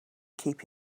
keep